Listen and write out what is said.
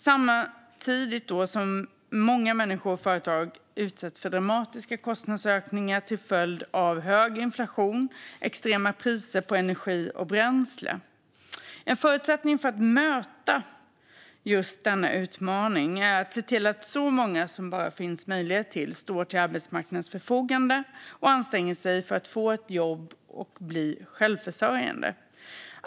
Samtidigt utsätts många människor och företag för dramatiska kostnadsökningar till följd av hög inflation och extrema priser på energi och bränsle. En förutsättning för att möta denna utmaning är att se till att så många som det bara är möjligt står till arbetsmarknadens förfogande och anstränger sig för att få ett jobb och bli självförsörjande.